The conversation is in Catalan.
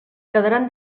quedaran